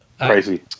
Crazy